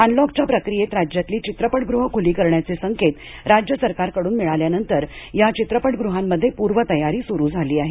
अनलॉकच्या प्रक्रियेत राज्यातली चित्रपटगृहं खुली करण्याचे संकेत राज्य सरकारकडून मिळाल्यानंतर या चित्रपटगृहांमध्ये पूर्व तयारी सुरू झाली आहे